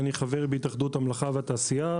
אני חבר בהתאחדות המלאכה והתעשייה,